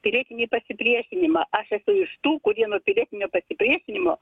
pilietinį pasipriešinimą aš esu iš tų kurie nuo pilietinio pasipriešinimo